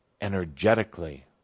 energetically